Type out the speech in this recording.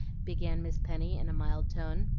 began miss penny in a mild tone.